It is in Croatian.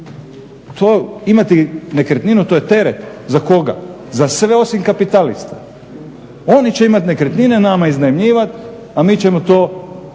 imati nekretninu to je teret. Za koga? Za sve osim kapitalista. Oni će imati nekretnine, nama iznajmljivati, a mi ćemo to